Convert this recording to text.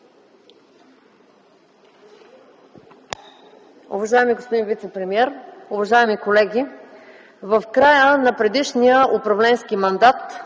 Уважаеми господин вицепремиер, уважаеми колеги! В края на предишния управленски мандат